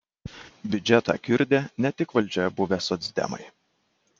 biudžetą kiurdė ne tik valdžioje buvę socdemai